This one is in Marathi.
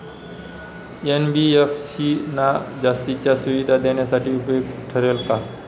एन.बी.एफ.सी ना जास्तीच्या सुविधा देण्यासाठी उपयुक्त ठरेल का?